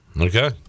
Okay